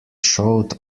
showed